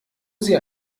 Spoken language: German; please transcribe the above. sie